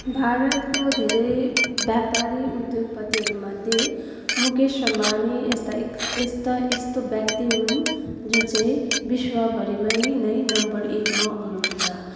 भारतको धेरै व्यापारिक उद्योगपतिहरू मध्ये मुकेस अम्बानी यस्ता एक यस्ता यस्तो व्यक्ति हुन् जो चाहिँ विश्वभरिमै नै नम्बर एकमा आउनु हुन्छ